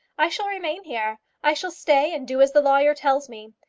i shall remain here. i shall stay and do as the lawyer tells me.